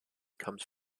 comes